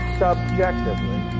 subjectively